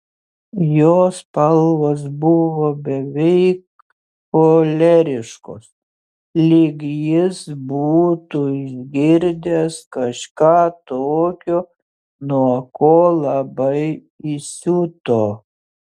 jo spalvos buvo beveik choleriškos lyg jis būtų išgirdęs kažką tokio nuo ko labai įsiuto